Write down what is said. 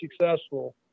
successful